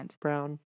brown